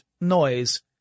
noise